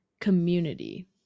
community